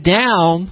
down